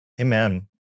Amen